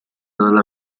dalla